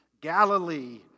Galilee